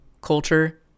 culture